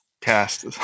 cast